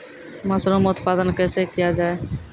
Mushroom उत्पादन कैसे किया जाय?